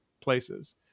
places